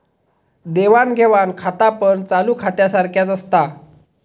देवाण घेवाण खातापण चालू खात्यासारख्याच असता